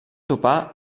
topar